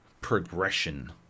progression